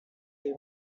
you